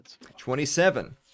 Twenty-seven